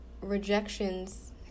rejections